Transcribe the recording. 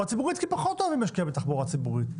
ציבורית כי הם פחות אוהבים להשקיע בתחבורה ציבורית,